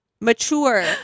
mature